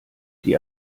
die